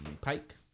pike